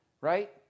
Right